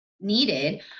needed